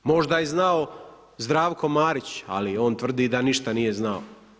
Možda je znao Zdravko Marić, ali on tvrdi da ništa nije znao.